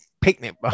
picnic